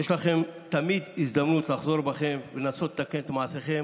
יש לכם תמיד הזדמנות לחזור בכם ולנסות לתקן את מעשיכם.